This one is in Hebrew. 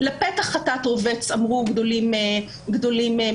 "לפתח חטאת רובץ", אמרו גדולים מאיתנו.